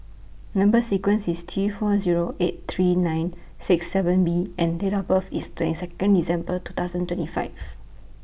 Number sequence IS T four Zero eight three nine six seven B and Date of birth IS twenty Second December two thousand twenty five